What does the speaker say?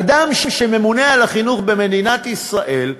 אדם שממונה על החינוך במדינת ישראל,